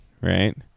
right